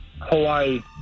Hawaii